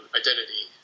identity